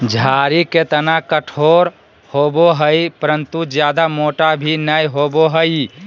झाड़ी के तना कठोर होबो हइ परंतु जयादा मोटा भी नैय होबो हइ